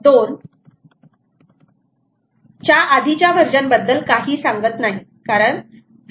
2 च्या आधीच्या वर्जन बद्दल काही सांगत नाही कारण 4